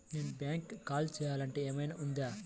నేను బ్యాంక్కి కాల్ చేయాలంటే ఏమయినా నంబర్ ఉందా?